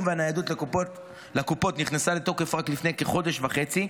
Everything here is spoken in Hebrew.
והניידות לקופות נכנסה לתוקף רק לפני כחודש וחצי,